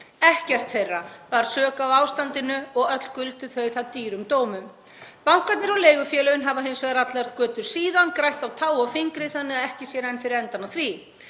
Ekkert þeirra bar sök á ástandinu og öll guldu þau það dýrum dómum. Bankarnir og leigufélögin hafa hins vegar allar götur síðan grætt á tá og fingri þannig að ekki sér enn fyrir endann á því.